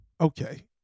okay